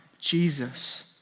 Jesus